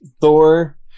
Thor